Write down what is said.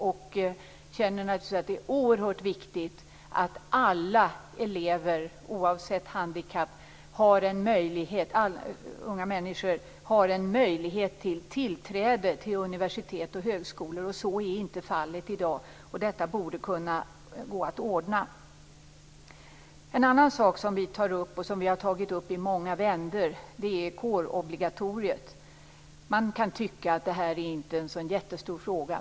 Jag känner att det är oerhört viktigt att alla elever och unga människor oavsett handikapp har en möjlighet till tillträde till universitet och högskolor. Så är inte fallet i dag. Detta borde kunna gå att ordna. En annan sak som vi tar upp och som vi har tagit upp i många vändor är kårobligatoriet. Man kan tycka att det inte är en så jättestor fråga.